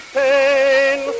pain